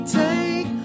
take